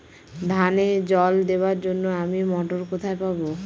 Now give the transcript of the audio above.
ধানে জল দেবার জন্য আমি মটর কোথায় পাবো?